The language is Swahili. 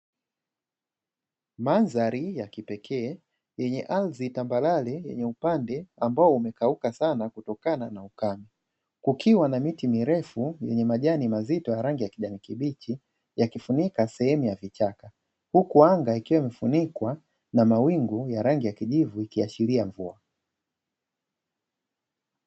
Mandhari ya kipekee yenye ardhi tambarare yenye upande ambao umekauka sana kutokana na ukame, kukiwa na miti mirefu yenye majani mazito ya rangi ya kijani kibichi yakifunika sehemu ya vichaka. Huku anga ikiwa imefunikwa na mawingu ya rangi ya kijivu ikiashiria mvua.